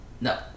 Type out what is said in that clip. No